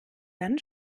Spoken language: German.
dann